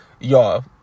Y'all